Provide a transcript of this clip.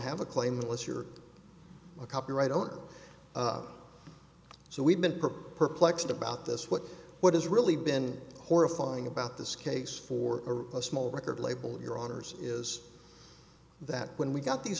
have a claim unless you're a copyright owner so we've been perplexed about this what what has really been horrifying about this case for a small record label your honour's is that when we got these